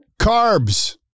carbs